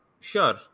Sure